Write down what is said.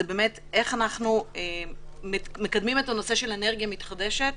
איך אנחנו מקדמים את הנושא של אנרגיה מתחדשת,